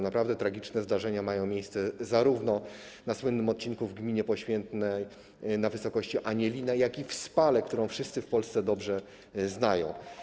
Naprawdę tragiczne zdarzenia mają miejsce zarówno na słynnym odcinku w gminie Poświętne, na wysokości Anielina, jak i w Spale, którą wszyscy w Polsce dobrze znają.